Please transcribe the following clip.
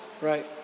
Right